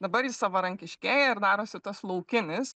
dabar jis savarankiškėja ir darosi tas laukinis